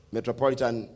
Metropolitan